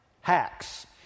hacks